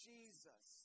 Jesus